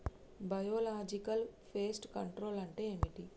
Biological pest control అంటే ఏమిటి?